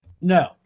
No